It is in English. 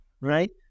right